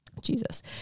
Jesus